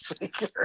figure